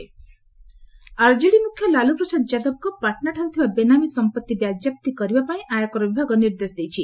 ବିହାର ଲାଲୁ ଆର୍କେଡି ମୁଖ୍ୟ ଲାଲୁପ୍ରସାଦ ଯାଦବଙ୍କ ପାଟନାଠାରେ ଥିବା ବେନାମୀ ସମ୍ପତ୍ତି ବାଜ୍ୟାପ୍ତି କରିବାପାଇଁ ଆୟକର ବିଭାଗ ନିର୍ଦ୍ଦେଶ ଦେଇଛି